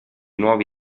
nuovi